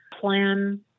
plan